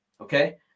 okay